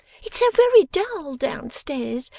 it's so very dull, down-stairs,